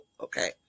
okay